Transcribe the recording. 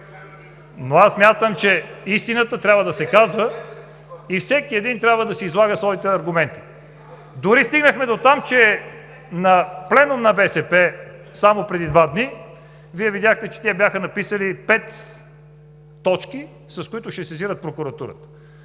Но аз смятам, че истината трябва да се казва и всеки един трябва да излага своите аргументи. Дори стигнахме дотам, че на пленум на БСП само преди два дни, Вие видяхте, че те бяха написали пет точки, с които ще сезират Прокуратурата.